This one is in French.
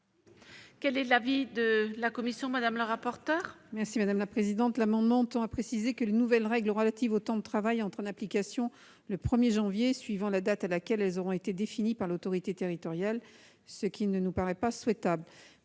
Quel est l'avis de la commission ? Cet amendement tend à préciser que les nouvelles règles relatives au temps de travail entrent en application le 1 janvier suivant la date à laquelle elles auront été définies par l'autorité territoriale, ce qui ne me paraît pas souhaitable.